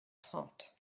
trente